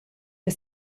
per